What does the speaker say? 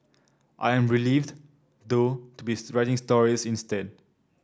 I am relieved though to be writing stories instead